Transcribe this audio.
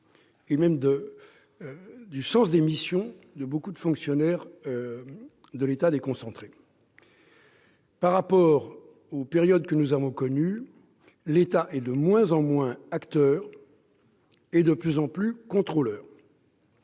et du sens des missions de beaucoup de fonctionnaires de l'État déconcentré. Par comparaison avec les périodes antérieures, l'État est de moins en moins acteur et de plus en plus contrôleur,